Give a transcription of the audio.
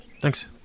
Thanks